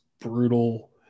brutal